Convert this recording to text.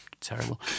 terrible